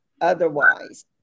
otherwise